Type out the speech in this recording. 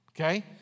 okay